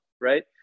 right